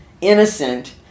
innocent